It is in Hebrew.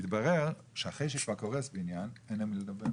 התברר, שאחרי שכבר קורס בניין, אין עם מי לדבר.